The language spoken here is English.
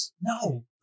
No